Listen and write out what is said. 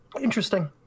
Interesting